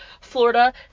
Florida